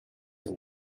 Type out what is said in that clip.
the